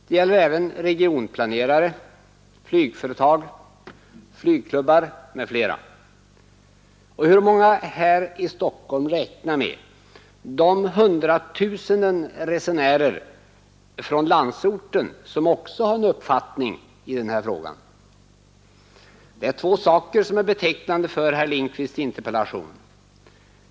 Det finns även hos regionplanerare, flygföretag, flygklubbar m.fl. Och hur många här i Stockholm räknar med de hundratusentals resenärer från landsorten som också har en uppfattning i den här frågan? Det är två saker som är betecknande för herr Lindkvists interpellation.